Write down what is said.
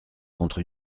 contre